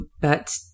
but-